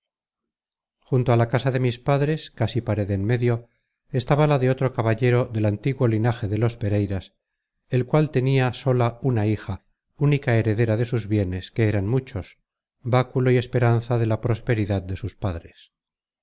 junto a la casa de mis padres casi pared en medio estaba la de otro caballero del antiguo linaje de los pereiras el cual tenia sola una hija única heredera de sus bienes que eran muchos báculo y esperanza de la prosperidad de sus padres